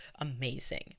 amazing